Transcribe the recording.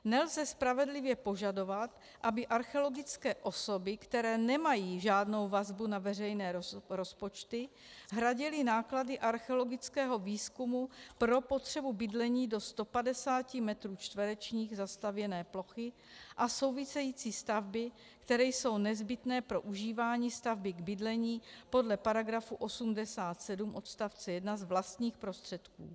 Nelze spravedlivě požadovat, aby archeologické osoby, které nemají žádnou vazbu na veřejné rozpočty, hradily náklady archeologického výzkumu pro potřebu bydlení do 150 metrů čtverečních zastavěné plochy a související stavby, které jsou nezbytné pro užívání stavby k bydlení podle § 87 odst. 1 z vlastních prostředků.